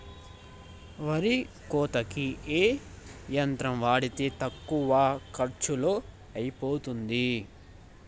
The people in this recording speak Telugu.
వరి కోతకి ఏ యంత్రం వాడితే తక్కువ ఖర్చులో అయిపోతుంది?